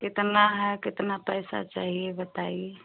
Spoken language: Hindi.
कितना है कितना पैसा चाहिए बताइए